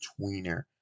tweener